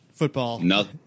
Football